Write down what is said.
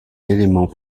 élément